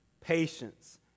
patience